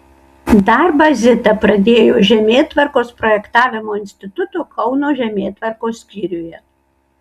darbą zita pradėjo žemėtvarkos projektavimo instituto kauno žemėtvarkos skyriuje